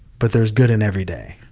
but there's good in every day.